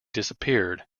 disappeared